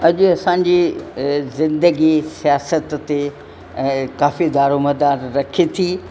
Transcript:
अॼु असां जी ज़िंदगी स्यासत ते काफ़ी धारो मदारु रखे थी